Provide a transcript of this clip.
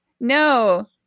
No